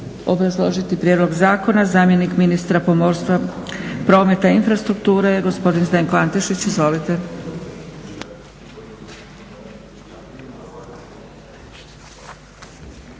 obrazložiti prijedlog zakona zamjenik ministra pomorstva, prometa i infrastrukture gospodin Zdenko Antešić. Izvolite.